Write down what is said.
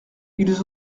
ils